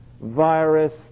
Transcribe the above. virus